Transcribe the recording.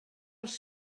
els